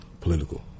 political